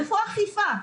איפה האכיפה?